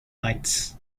lights